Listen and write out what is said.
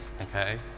okay